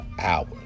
hours